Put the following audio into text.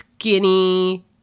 skinny